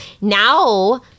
now